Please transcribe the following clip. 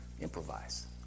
improvise